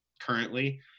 currently